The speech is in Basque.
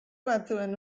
batzuen